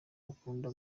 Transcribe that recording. bakunda